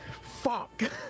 fuck